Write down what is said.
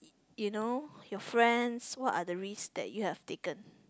you know your friends what are the risks that you have taken